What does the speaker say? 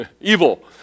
evil